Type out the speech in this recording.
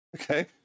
okay